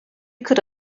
could